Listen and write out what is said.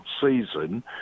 season